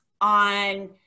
on